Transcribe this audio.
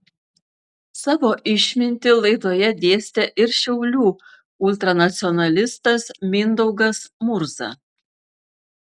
savo išmintį laidoje dėstė ir šiaulių ultranacionalistas mindaugas murza